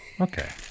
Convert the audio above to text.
Okay